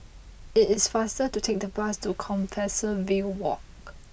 it is faster to take the bus to Compassvale Walk